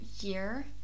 year